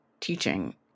teaching